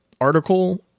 article